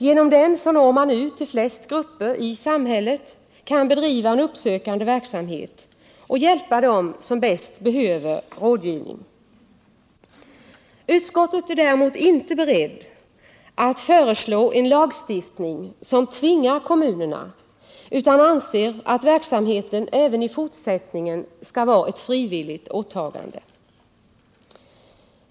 Genom en sådan når man ut till största möjliga antal grupper i samhället, kan bedriva en uppsökande verksamhet och kan hjälpa dem som bäst behöver rådgivning. Utskottet är däremot inte berett att föreslå en lagstiftning som tvingar kommunerna, utan anser att verksamheten även i fortsättningen skall vara ett frivilligt åtagande.